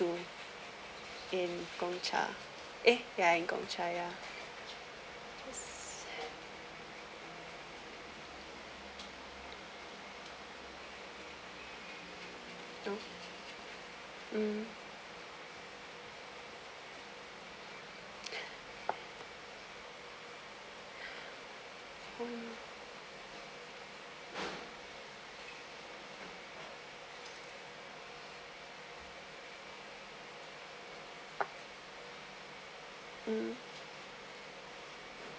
to in gong-cha eh ya in gong-cha ya um um